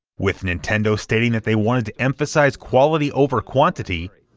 with nintendo stating that they wanted to emphasize quality over quantity,